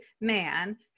man